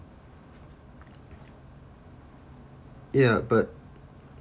ya but